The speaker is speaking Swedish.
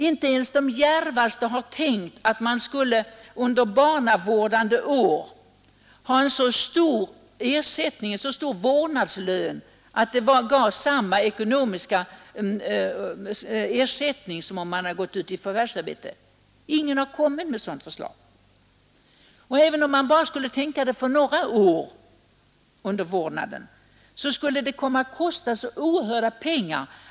Inte ens de djärvaste har tänkt att man under barnavårdande år skulle ha en så stor vårdnadslön, att det gav samma ekonomiska ersättning som om man hade gått ut i förvärvsarbete. Ingen har kommit med ett sådant förslag. Även om man skulle kunna tänka sig detta bara för några år under vårdnadstiden, skulle det komma att kosta oerhörda pengar.